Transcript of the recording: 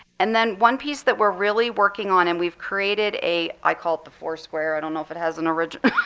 and then one piece that we're really working on, and we've created a i call it the forceware. i don't know if it has an origin.